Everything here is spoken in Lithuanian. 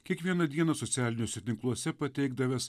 kiekvieną dieną socialiniuose tinkluose pateikdavęs